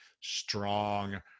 strong